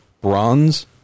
bronze